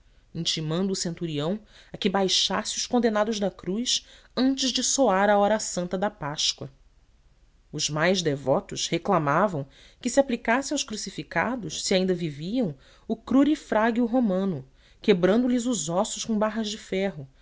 intimando o centurião a que baixasse os condenados da cruz antes de soar a hora santa da páscoa os mais devotos reclamavam que se aplicasse aos crucificados se ainda viviam o crurifrágio romano quebrando lhes os ossos com barras de ferro